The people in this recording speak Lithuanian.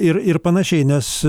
ir ir panašiai nes